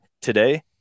today